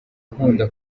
nkunda